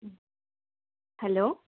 hello